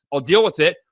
i'll deal with it.